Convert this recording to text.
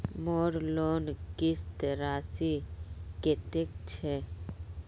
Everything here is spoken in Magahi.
मोर लोन किस्त राशि कतेक छे?